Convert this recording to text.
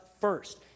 first